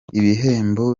ibihembo